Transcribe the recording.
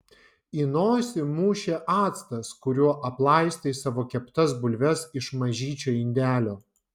į nosį mušė actas kuriuo aplaistai savo keptas bulves iš mažyčio indelio